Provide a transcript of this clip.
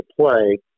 play